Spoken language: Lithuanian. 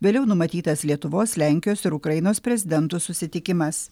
vėliau numatytas lietuvos lenkijos ir ukrainos prezidentų susitikimas